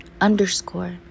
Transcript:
underscore